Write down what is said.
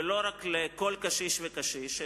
ולא רק לכל קשיש וקשיש,